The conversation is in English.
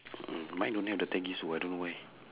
mm mine only have the peggy so I don't know why